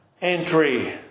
entry